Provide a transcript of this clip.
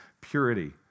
purity